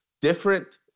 Different